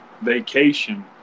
vacation